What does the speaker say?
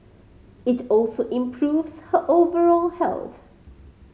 it also improves her overall health